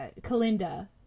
Kalinda